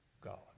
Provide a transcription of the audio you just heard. God